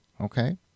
okay